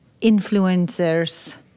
influencers